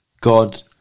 God